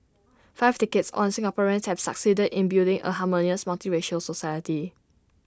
five decades on Singaporeans have succeeded in building A harmonious multiracial society